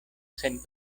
sen